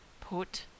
put